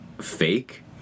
fake